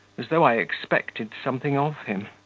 as though i expected something of him